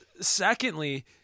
secondly